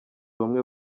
bamwe